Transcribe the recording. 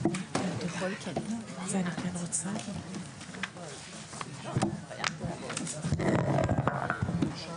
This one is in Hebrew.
15:16.